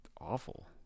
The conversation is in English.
awful